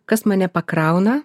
kas mane pakrauna